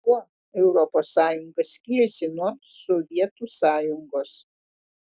kuo europos sąjunga skiriasi nuo sovietų sąjungos